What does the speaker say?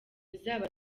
bizaba